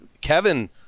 Kevin